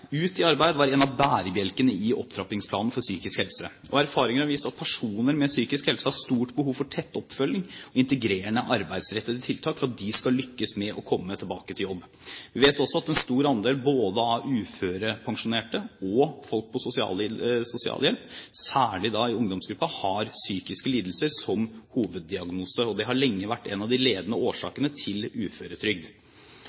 var en av bærebjelkene i Opptrappingsplanen for psykisk helse, og erfaringer har vist at personer med psykiske helseproblemer har stort behov for tett oppfølging og integrerende arbeidsrettede tiltak for at de skal lykkes med å komme tilbake til jobb. Vi vet også at en stor andel av både uførepensjonerte og folk på sosialhjelp, særlig i ungdomsgruppen, har psykiske lidelser som hoveddiagnose, og det har lenge vært en av de ledende